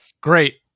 great